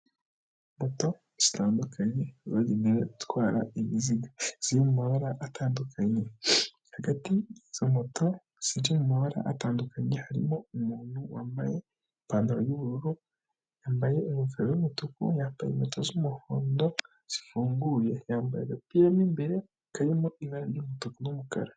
Moto zitandukanye bagenewe gutwara imizigo. Ziri mu mabara atandukanye hagati y'izo moto ziri mu mabara atandukanye, harimo umuntu wambaye ipantaro y'ubururu, yambaye ingofero y'umutuku, yambaye inkweto z'umuhondo zifunguye, yambaye agapira mo imbere karimo ibara ry'umutuku n'umukara.